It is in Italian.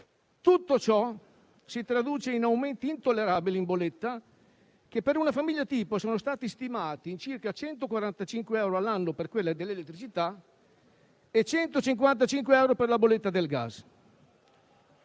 Tutto ciò si traduce in aumenti intollerabili in bolletta che, per una famiglia tipo, sono stati stimati in circa 145 euro all'anno per quella dell'elettricità e 155 euro per quella del gas.